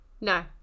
No